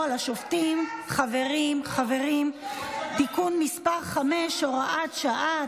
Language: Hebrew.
על השופטים (תיקון מס' 5) (הוראת שעה),